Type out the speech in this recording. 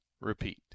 repeat